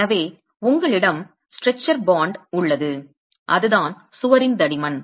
எனவே உங்களிடம் ஸ்ட்ரெச்சர் பிணைப்பு உள்ளது அதுதான் சுவரின் தடிமன்